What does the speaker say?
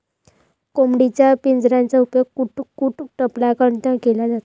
कोंबडीच्या पिंजऱ्याचा उपयोग कुक्कुटपालनात केला जातो